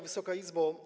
Wysoka Izbo!